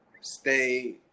stay